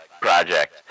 project